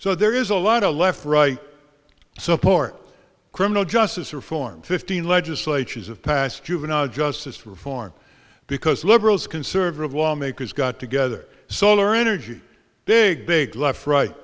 so there is a lot of left right support criminal justice reform fifteen legislatures of pass juvenile justice reform because liberals conservative lawmakers got together solar energy big big left right